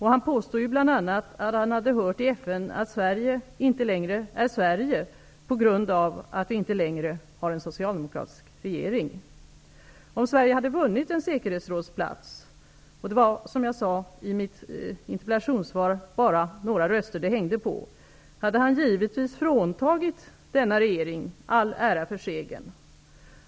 Han påstår ju bl.a. att han hade hört i FN att Sverige inte längre är Sverige på grund av att vi inte längre har en socialdemokratisk regering. Om Sverige hade vunnit en säkerhetsrådsplats -- och det var, som jag sade i mitt interpellationssvar, bara några röster det hängde på -- hade han givetvis fråntagit denna regering all ära för segern.